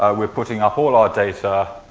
ah we're putting up all our data